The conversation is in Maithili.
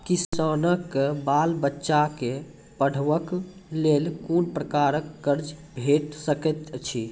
किसानक बाल बच्चाक पढ़वाक लेल कून प्रकारक कर्ज भेट सकैत अछि?